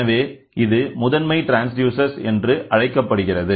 எனவே இது முதன்மை ட்ரான்ஸ்டியூசர் என்று அழைக்கப்படுகிறது